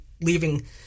leaving